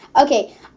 Okay